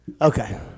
Okay